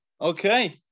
Okay